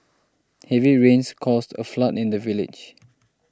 heavy rains caused a flood in the village